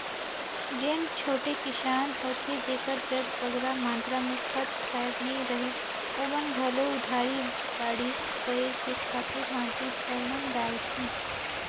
जेन छोटे किसान होथे जेकर जग बगरा मातरा में खंत खाएर नी रहें ओमन घलो उधारी बाड़ही कइर के खातू माटी सरलग डालथें